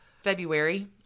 February